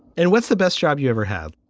and what's the best job you ever have?